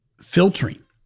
filtering